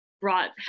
brought